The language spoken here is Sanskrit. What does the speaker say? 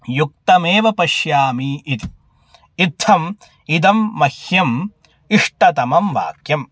युक्तमेव पश्यामि इति इत्थम् इदं मह्यम् इष्टतमं वाक्यम्